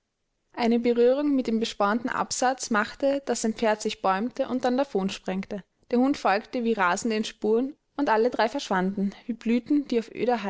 eine berührung mit dem bespornten absatz machte daß sein pferd sich bäumte und dann davon sprengte der hund folgte wie rasend den spuren und alle drei verschwanden wie blüten die auf